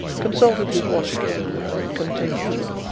consulted his watch again, and continued